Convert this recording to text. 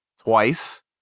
twice